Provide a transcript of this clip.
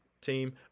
team